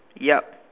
ya